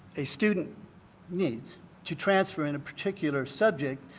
a student needs to transfer in a particular subject,